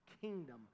kingdom